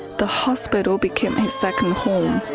the hospital became his second home.